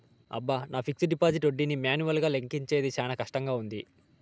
అబ్బ, నా fixed deposit ఒడ్డీని మాన్యువల్గా లెక్కించేది శానా కష్టంగా వుండాది